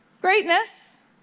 Greatness